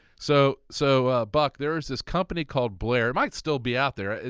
so so buck, there is this company called blaire, it might still be out there.